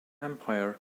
empire